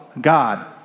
God